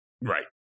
Right